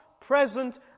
present